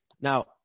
Now